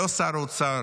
לא שר האוצר,